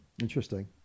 Interesting